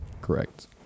Correct